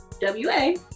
W-A